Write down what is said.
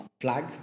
flag